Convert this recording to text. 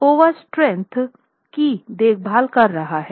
तो RΩ over strength की देखभाल कर रहा है